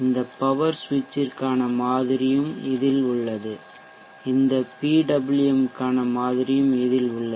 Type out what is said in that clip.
இந்த பவர் சுவிட்சிற்கான மாதிரியும் இதில் உள்ளது இந்த PWM க்கான மாதிரியும் இதில் உள்ளது